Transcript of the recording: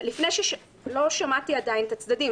לא שמעתי עדיין את הצדדים.